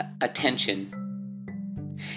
attention